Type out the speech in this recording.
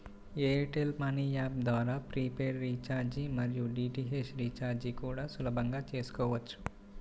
air tell money app ద్వారా prepaid recharge మరియు DTH recharge కూడా సులభంగా చేసుకోవచ్చు